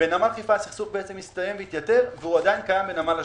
בנמל חיפה הסכסוך הסתיים ועדיין קיים בנמל אשדוד,